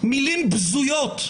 מלים בזויות.